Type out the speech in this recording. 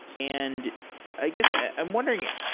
and i guess ah i'm wondering,